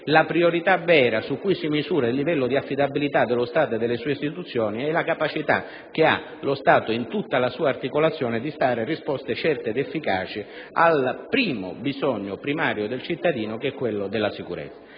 la priorità vera su cui si misura il livello di affidabilità dello Stato e delle istituzioni è la capacità che ha lo Stato in tutta la sua articolazione di dare risposte certe ed efficaci al primo bisogno primario del cittadino, che è quello della sicurezza.